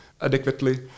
adequately